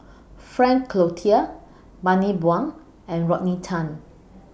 Frank Cloutier Bani Buang and Rodney Tan